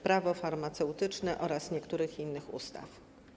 Prawo farmaceutyczne oraz niektórych innych ustaw.